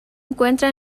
encuentra